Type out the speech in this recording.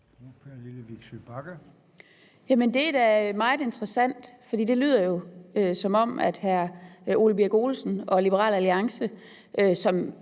det er da meget interessant, for det lyder jo, som om hr. Ole Birk Olesen og Liberal Alliance